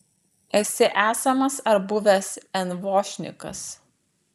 esi esamas ar buvęs envošnikas